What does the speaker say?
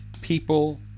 people